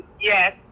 Yes